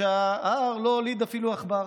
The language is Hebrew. ההר לא הוליד אפילו עכבר,